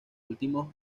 últimos